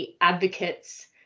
advocates